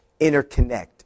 interconnect